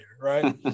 right